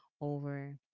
over